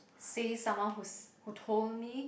say someone who's who told me